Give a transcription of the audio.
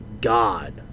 God